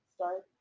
Start